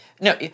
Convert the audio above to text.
No